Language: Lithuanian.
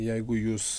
jeigu jūs